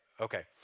Okay